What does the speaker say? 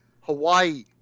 Hawaii